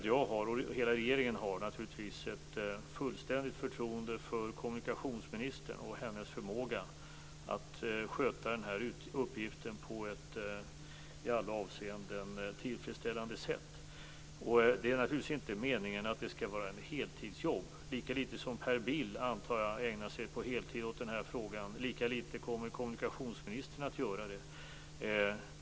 Jag och hela regeringen har naturligtvis ett fullständigt företroende för kommunikationsministern och hennes förmåga att sköta den här uppgiften på ett i alla avseenden tillfredsställande sätt. Det är naturligtvis inte meningen att det skall vara ett heltidsjobb. Lika litet som jag antar att Per Bill ägnar sig åt denna fråga på heltid, lika litet kommer kommunikationsministern att göra det.